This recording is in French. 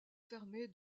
fermée